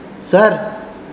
Sir